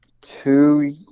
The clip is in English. two